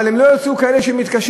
אבל הם לא יאסרו כאלה שמתקשים.